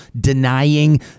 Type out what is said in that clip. denying